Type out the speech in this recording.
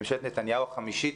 ממשלת נתניהו החמישית,